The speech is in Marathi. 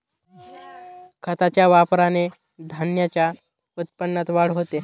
खताच्या वापराने धान्याच्या उत्पन्नात वाढ होते